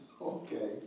okay